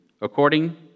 according